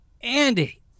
Andy